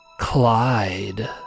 Clyde